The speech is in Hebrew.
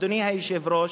אדוני היושב-ראש,